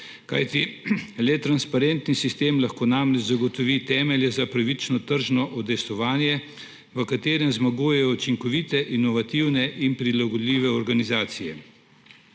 kajti le transparentni sistem lahko namreč zagotovi temelje za pravično tržno udejstvovanje, v katerem zmagujejo učinkovite, inovativne in prilagodljive organizacije.